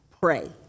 pray